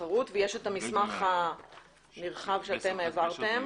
התחרות ויש את המסמך הנרחב שאתם העברתם,